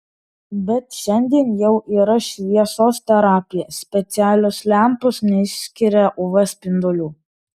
bet šiandien jau yra šviesos terapija specialios lempos neišskiria uv spindulių